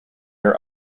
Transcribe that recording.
are